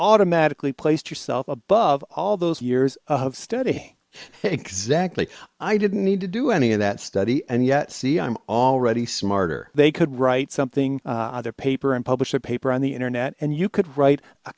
automatically placed yourself above all those years of study exactly i didn't need to do any of that study and yet see i'm already smarter they could write something other paper and publish a paper on the internet and you could write a